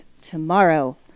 tomorrow